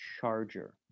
charger